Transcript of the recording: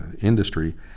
industry